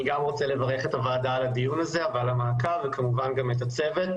אני מברך את הוועדה על הדיון הזה ועל המעקב וכמובן גם את הצוות,